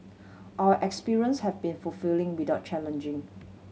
our experience has been fulfilling without challenging